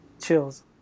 chills